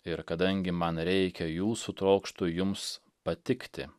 ir kadangi man reikia jūsų trokštu jums patikti